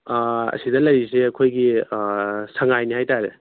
ꯑꯥ ꯁꯤꯗ ꯂꯩꯔꯤꯁꯦ ꯑꯩꯈꯣꯏꯒꯤ ꯁꯉꯥꯏꯅꯤ ꯍꯥꯏꯇꯔꯦ